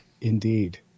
Indeed